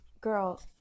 Girl